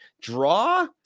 draw